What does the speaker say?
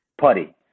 putty